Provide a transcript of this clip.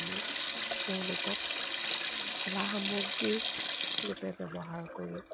আমি তেওঁলোকক খেলা সামগ্ৰী ৰূপে ব্যৱহাৰ কৰি